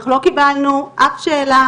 אנחנו לא קיבלנו אף שאלה